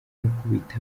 amukubita